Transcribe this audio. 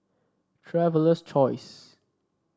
Traveler's Choice